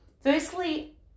firstly